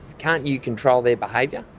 can't you control their behaviour?